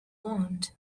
want